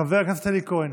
חבר הכנסת אלי כהן,